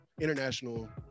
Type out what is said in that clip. international